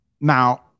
now